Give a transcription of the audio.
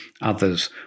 others